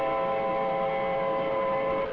or